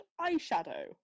eyeshadow